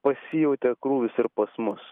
pasijautė krūvis ir pas mus